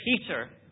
Peter